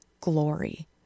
glory